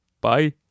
Bye